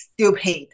stupid